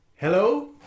hello